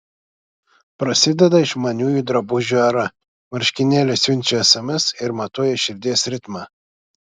prasideda išmaniųjų drabužių era marškinėliai siunčia sms ir matuoja širdies ritmą